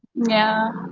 yeah.